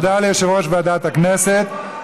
תודה ליושב-ראש ועדת הכנסת.